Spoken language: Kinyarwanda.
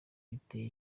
biteye